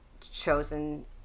chosen